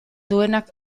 duenak